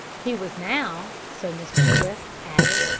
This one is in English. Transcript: he was now, so mr. swifte added,